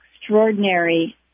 extraordinary